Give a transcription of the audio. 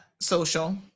social